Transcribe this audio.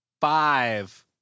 five